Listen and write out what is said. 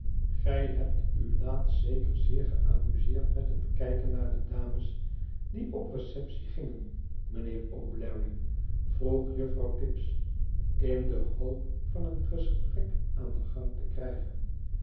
gij hebt u laatst zeker zeer geamuseerd met het kijken naar de dames die op receptie gingen mynheer o'bleary vroeg juffrouw tibbs in de hoop van een gesprek aan den gang te krijgen